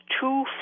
two